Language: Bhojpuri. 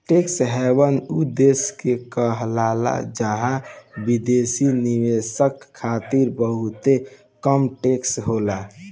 टैक्स हैवन उ देश के कहाला जहां विदेशी निवेशक खातिर बहुते कम टैक्स होला